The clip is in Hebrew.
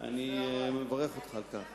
אני מברך אותך על כך.